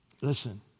Listen